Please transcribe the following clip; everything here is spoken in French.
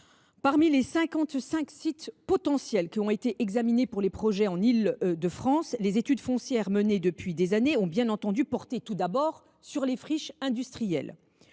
cinq sites potentiels qui ont été examinés pour ce projet en Île de France, les études foncières menées depuis des années ont bien entendu porté d’abord sur des friches industrielles.